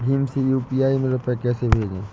भीम से यू.पी.आई में रूपए कैसे भेजें?